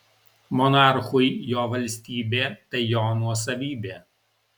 monarchui jo valstybė tai jo nuosavybė